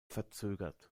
verzögert